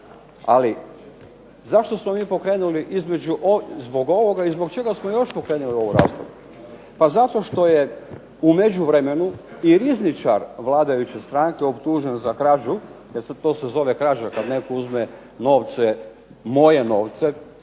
ali zašto smo mi pokrenuli između, zbog ovoga i zbog čega smo još pokrenuli ovu raspravu? Pa zato što je u međuvremenu i rizničar vladajuće stranke optužen za krađu, jer to se zove krađa kad netko uzme novce, moje novce,